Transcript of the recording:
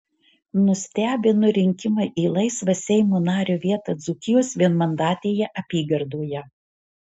nustebino rinkimai į laisvą seimo nario vietą dzūkijos vienmandatėje apygardoje